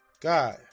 God